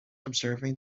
observing